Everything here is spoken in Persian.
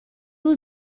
روز